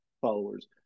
followers